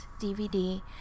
DVD